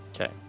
okay